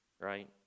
right